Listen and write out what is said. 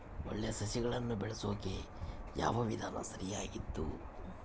ಒಳ್ಳೆ ಸಸಿಗಳನ್ನು ಬೆಳೆಸೊಕೆ ಯಾವ ವಿಧಾನ ಸರಿಯಾಗಿದ್ದು?